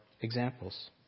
examples